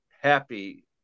happy